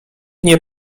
nie